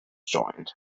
joint